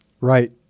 Right